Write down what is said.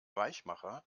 weichmacher